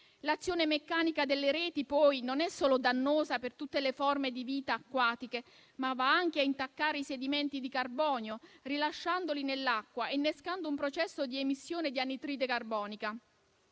L'azione meccanica delle reti, poi, non è solo dannosa per tutte le forme di vita acquatica, ma va anche a intaccare i sedimenti di carbonio, rilasciandoli nell'acqua e innescando un processo di emissione di anidride carbonica.